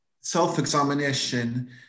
self-examination